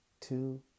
Two